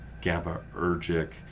GABAergic